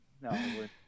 No